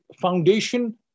foundation